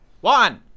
one